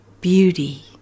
beauty